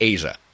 Asia